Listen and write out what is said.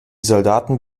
soldaten